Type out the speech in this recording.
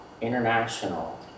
international